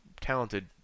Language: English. talented